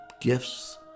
gifts